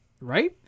Right